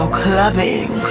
clubbing